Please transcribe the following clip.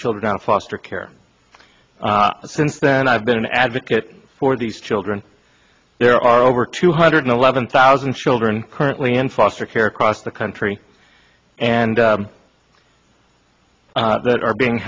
children out of foster care and since then i've been an advocate for these children there are over two hundred eleven thousand children currently in foster care across the country and that are being